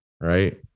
right